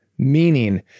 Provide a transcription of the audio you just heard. meaning